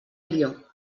millor